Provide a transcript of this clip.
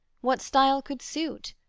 what style could suit?